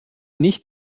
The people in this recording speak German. nicht